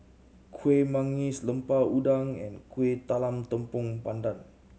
Kueh Manggis Lemper Udang and Kuih Talam Tepong Pandan